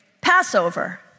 Passover